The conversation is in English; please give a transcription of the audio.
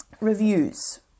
Reviews